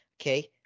Okay